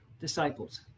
disciples